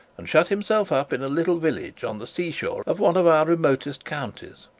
and shut himself up in a little village on the sea-shore of one of our remotest counties,